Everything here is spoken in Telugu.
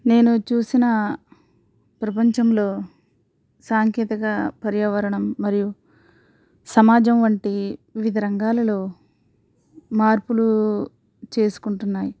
నేను చూసిన ప్రపంచంలో సాంకేతిక పర్యావరణం మరియు సమాజం వంటి వివిధ రంగాలలో మార్పులు చేసుకుంటున్నాయి